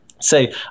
say